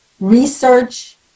research